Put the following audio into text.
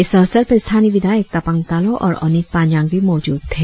इस अवसर पर स्थानीय विधायक तापांग तालोह और ओनित पान्यांग भी मौजूद थे